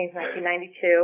1992